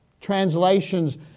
translations